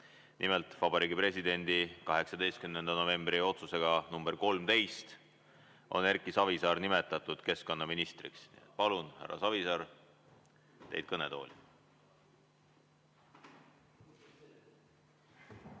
Nimelt, Vabariigi Presidendi 18. novembri otsusega nr 13 on Erki Savisaar nimetatud keskkonnaministriks. Palun, härra Savisaar, teid kõnetooli.